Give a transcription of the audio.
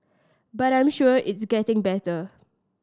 but I'm sure it's getting better